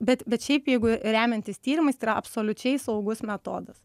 bet bet šiaip jeigu remiantis tyrimais tai yra absoliučiai saugus metodas